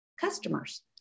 customers